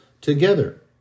together